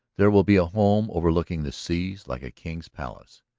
there will be a home overlooking the sea like a king's palace.